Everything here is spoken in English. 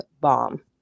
bomb